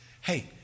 hey